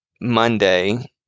Monday